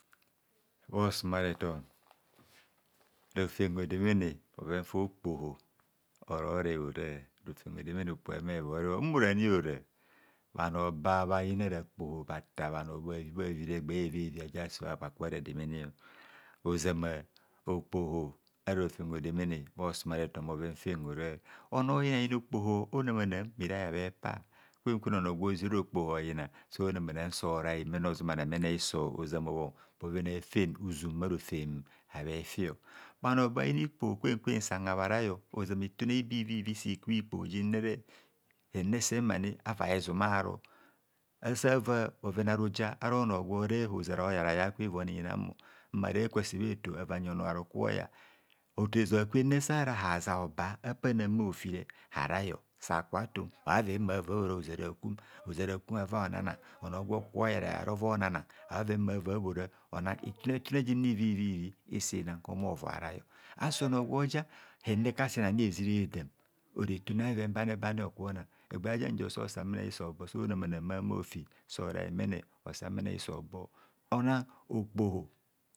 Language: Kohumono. Bhosumareton rofem hodemene bhoven fa okpoho oro re hora, rofem hademene okpoho eme voioreb mmorani ora bhano ba bha yina ra kpoho bhata bhanor baraha bha yina egba evieui aja sa bhaku bha ra demene ozama okpoho ara rofem hodemene bha osumarefon bhoven habhora onor oyina yina okpoho onam anam bhirai habhe pa kwen kwen onor gwo jirora okpoho oyina so namanam so rai mene ozumana mene hiso ozama bhong bhoven a'fen uzum bharofem abhefi bhanor ba bha yina ikpoho kwen kwen san ha bha rais ozoma itune ibe ki vivi sekubha ikpoho jine hene semain ava hesum aro asa va bhoven aruhene semani ava hesum aro asa va bhoven aruja ara onor gwore hozaroyara yar kwaivon ja ara onor gwore hozar oyara yar kwaivon inammo mma re kwe ase bha efo ava nyi onor aro moyar tutu oza kwene sa ra a'ja hoba apanamanam bha hofire sam ha raio sa ka atun bhaven ma bhora oza akum oza akum oza a kum ava honana onor gwo kubho oyara yare ovo nana b haven mava bhora ona itune tune jinne ivivi isina homovoi araiyor asi onor gwo ja hene kasen ani ezire dam ora itune a'bheven banibai okubho ona egba jen joso sa mene hisohobor mmonama nam mene bha ma hofi sorai mene osar mene hiso obo ona okpoho.